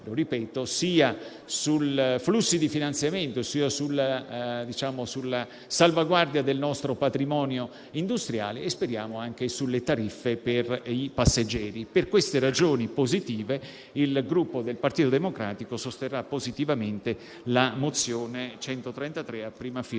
benefici sia sui flussi di finanziamento sia sulla salvaguardia del nostro patrimonio industriale e - ci auguriamo - anche sulle tariffe per i passeggeri. Per queste ragioni positive, il Gruppo Partito Democratico sosterrà positivamente la mozione n. 133 (testo 2), a